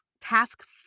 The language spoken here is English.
task